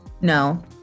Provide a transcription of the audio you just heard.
No